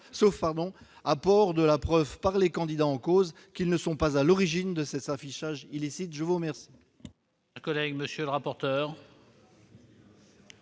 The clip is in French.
sauf apport de la preuve par les candidats en cause qu'ils ne sont pas à l'origine de cet affichage illicite. Quel